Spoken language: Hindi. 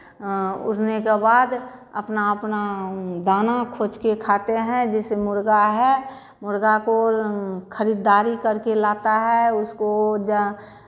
उड़ने के बाद अपना अपना दाना खोज के खाते हैं जैसे मुर्गा है मुर्गा को खरीददारी करके लाता है उसको जा